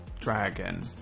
dragon